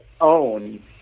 own